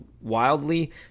wildly